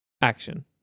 Action